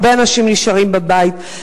הרבה אנשים נשארים בבית,